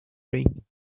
ring